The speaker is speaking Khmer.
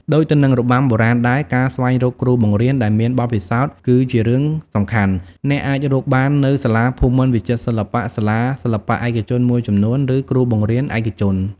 ដូចទៅនឹងរបាំបុរាណដែរ ការស្វែងរកគ្រូបង្រៀនដែលមានបទពិសោធន៍គឺជារឿងសំខាន់ អ្នកអាចរកបាននៅ សាលាភូមិន្ទវិចិត្រសិល្បៈ សាលាសិល្បៈឯកជនមួយចំនួន ឬគ្រូបង្រៀនឯកជន។